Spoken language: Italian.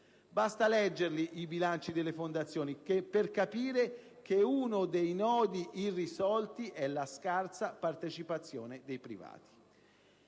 Basta leggere i bilanci delle fondazioni per capire che uno dei nodi irrisolti è la scarsa partecipazione dei privati.